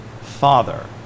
father